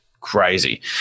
crazy